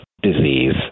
disease